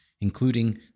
including